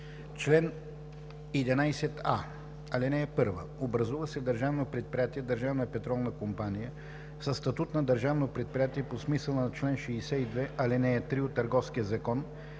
Чл. 11а. (1) Образува се Държавно предприятие „Държавна петролна компания“ със статут на държавно предприятие по смисъла на чл. 62, ал. 3 от Търговския закон,